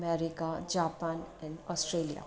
America Japan and Australia